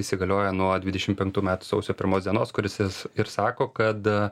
įsigalioja nuo dvidešimt penktų metų sausio pirmos dienos kuris ir ir sako kad